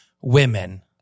women